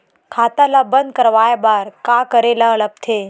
खाता ला बंद करवाय बार का करे ला लगथे?